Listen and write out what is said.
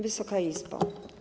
Wysoka Izbo!